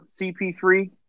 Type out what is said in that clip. CP3